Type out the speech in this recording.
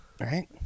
right